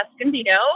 Escondido